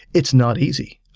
it's not easy.